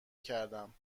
کردم